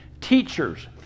teachers